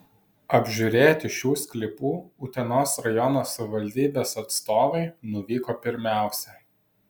apžiūrėti šių sklypų utenos rajono savivaldybės atstovai nuvyko pirmiausia